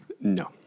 no